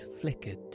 flickered